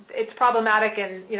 it's problematic and, you